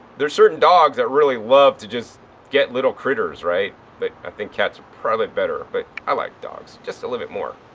there are certain dogs that really love to just get little critters, right. but i think cats probably are better. but i like dogs just a little bit more.